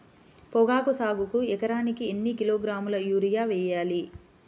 పొగాకు సాగుకు ఎకరానికి ఎన్ని కిలోగ్రాముల యూరియా వేయాలి?